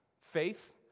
Faith